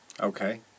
Okay